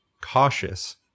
cautious